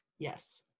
Yes